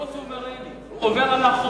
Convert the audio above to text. הוא לא סוברני, הוא עובר על החוק.